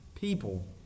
people